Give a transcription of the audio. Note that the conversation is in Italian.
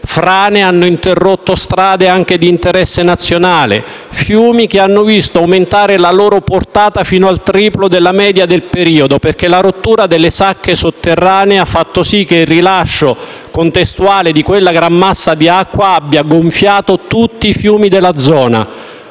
frane hanno interrotto strade anche di interesse nazionale, fiumi hanno visto aumentare la loro portata fino al triplo della media del periodo, perché la rottura delle sacche sotterranee ha fatto sì che il rilascio contestuale di quella gran massa d'acqua abbia gonfiato tutti i fiumi della zona.